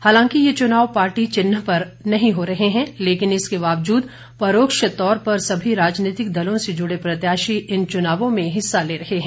हालांकि ये चुनाव पार्टी चिन्ह पर नहीं हो रहे हैं लेकिन इसके बावजूद परोक्ष तौर पर सभी राजनीतिक दलों से जुड़े प्रत्याशी इन चुनावों में हिस्सा ले रहे हैं